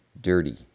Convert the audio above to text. dirty